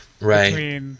right